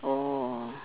oh